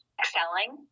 excelling